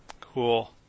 Cool